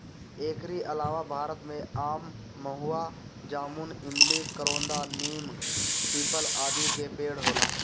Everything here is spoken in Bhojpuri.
एकरी अलावा भारत में आम, महुआ, जामुन, इमली, करोंदा, नीम, पीपल, आदि के पेड़ होला